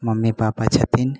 mummy papa छथिन